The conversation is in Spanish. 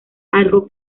algo